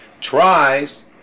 tries